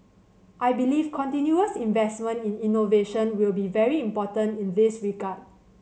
I believe continuous investment in innovation will be very important in this regard